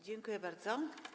Dziękuję bardzo.